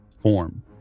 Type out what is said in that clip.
form